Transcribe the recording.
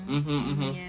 mmhmm mmhmm